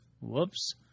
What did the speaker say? Whoops